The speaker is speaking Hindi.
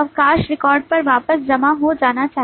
अवकाश रिकॉर्ड पर वापस जमा हो जाना चाहिए